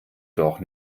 doch